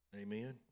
Amen